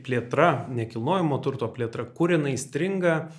plėtra nekilnojamo turto plėtra kur jinai stringa